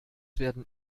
werden